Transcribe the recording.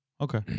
Okay